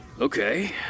Okay